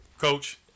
Coach